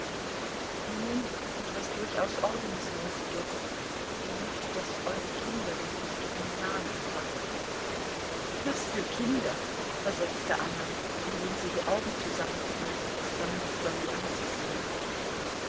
nun etwas durchaus ordnungsmäßiges er möchte daß eure kinder den richtigen namen haben was für kinder versetzte anna indem sie die augen zusammenkniff und es vermied dolly anzusehen